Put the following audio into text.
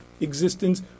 existence